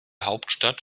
hauptstadt